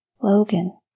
Logan